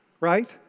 Right